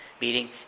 meeting